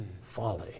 folly